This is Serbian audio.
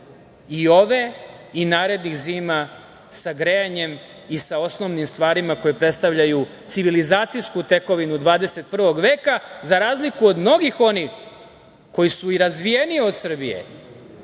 i ove i narednih zima sa grejanjem i sa osnovnim stvarima koje predstavljaju civilizacijsku tekovinu 21. veka za razliku od mnogih onih koji su i razvijeniji od Srbije,